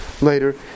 later